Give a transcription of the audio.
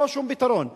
ללא שום פתרון.